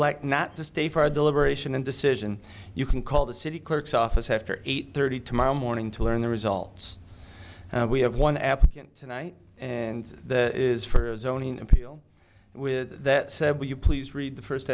like not to stay for a deliberation and decision you can call the city clerk's office after eight thirty tomorrow morning to learn the results we have one applicant tonight and that is for zoning appeal with that said will you please read the first